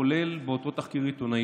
כולל באותו תחקיר עיתונאי,